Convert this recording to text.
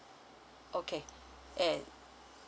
okay and